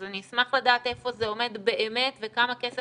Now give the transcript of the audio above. אז אני אשמח לדעת איפה זה עומד באמת וכמה כסף